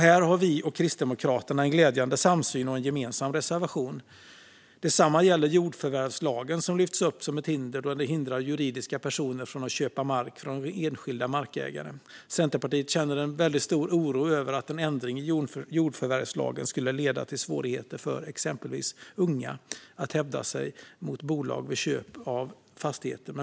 Här har vi och Kristdemokraterna en glädjande samsyn och en gemensam reservation. Detsamma gäller jordförvärvslagen, som lyfts upp som ett hinder då den hindrar juridiska personer från att köpa mark från enskilda markägare. Centerpartiet känner en väldigt stor oro över att en ändring i jordförvärvslagen skulle leda till svårigheter för exempelvis unga att hävda sig gentemot bolag vid köp av fastigheter.